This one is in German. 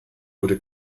wurde